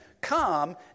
come